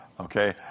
Okay